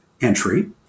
entry